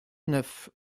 neuf